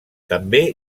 també